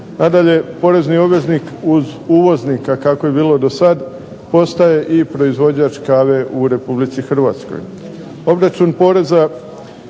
Nadalje, porezni obveznik uz uvoznika kako je bilo do sad postaje i proizvođač kave u Republici Hrvatskoj.